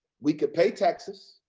we could pay taxes,